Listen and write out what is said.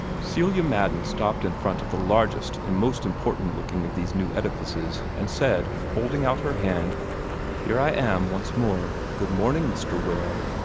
celia madden stopped in front of the largest and most important-looking of these new edifices, and said, holding out her hand here i am, once more. good-morning, mr. ware.